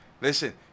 Listen